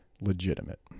legitimate